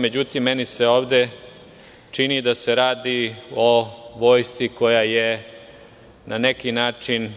Međutim, meni se ovde čini da se radi o vojsci koja je na neki način